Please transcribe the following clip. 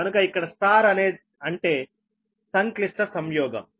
కనుక ఇక్కడ స్టార్ అంటే సంక్లిష్ట సంయోగం